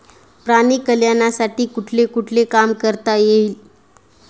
प्राणी कल्याणासाठी कुठले कुठले काम करता येईल?